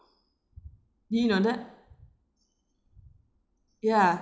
do you know that ya